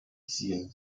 ziehen